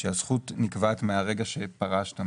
נקבעת מהרגע שפרשת.